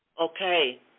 Okay